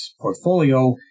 portfolio